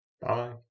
Bye